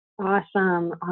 Awesome